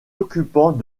occupants